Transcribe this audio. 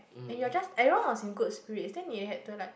and you're just everyone was in good spirits and then you had to like